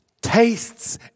tastes